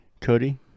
Cody